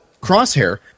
crosshair